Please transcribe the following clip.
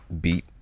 beat